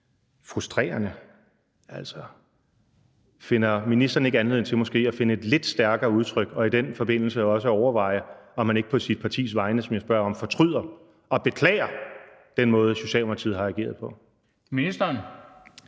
Frustrerende? Altså, finder ministeren ikke anledning til måske at finde et lidt stærkere udtryk og i den forbindelse også overveje, om han ikke på sit partis vegne, som jeg spørger om, fortryder og beklager den måde, Socialdemokratiet har ageret på?